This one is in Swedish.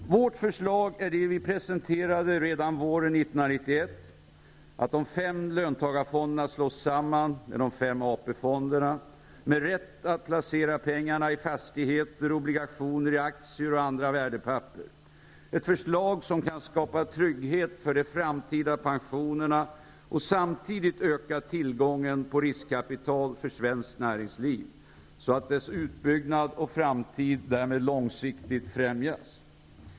Vårt förslag är det vi presenterade redan våren 1991 -- att de fem löntagarfonderna slås samman med de fem AP-fonderna med rätt att placera pengarna i fastigheter, obligationer, aktier och andra värdepapper. Det är ett förslag som kan skapa trygghet för de framtida pensionerna och samtidigt öka tillgången på riskkapital för svenskt näringsliv, så att dess utbyggnad och framtid långsiktigt främjas.